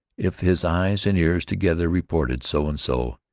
if his eyes and ears together reported so and so,